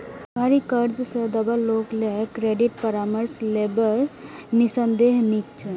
भारी कर्ज सं दबल लोक लेल क्रेडिट परामर्श लेब निस्संदेह नीक छै